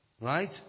Right